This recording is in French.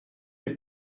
est